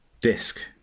disc